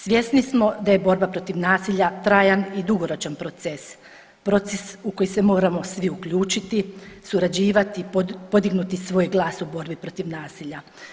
Svjesni smo da je borba protiv nasilja trajan i dugoročan proces, proces u koji se moramo svi uključiti, surađivati, podignuti svoj glas u borbi protiv nasilja.